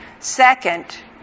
Second